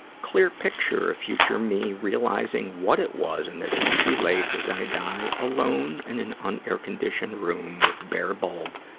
clear picture of future me realizing what it was and that it's too late, as i die alone in an un-air conditioned room with bare bulb,